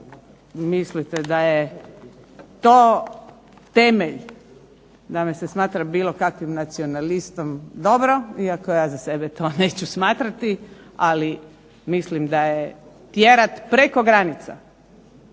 mislite da je to temelj da me se smatra bilo kakvim nacionalistom dobro, iako ja za sebe to neću smatrati, ali mislim da je tjerat preko granica